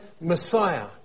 Messiah